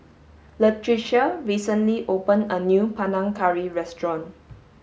Latricia recently opened a new Panang Curry restaurant